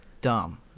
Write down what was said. Dumb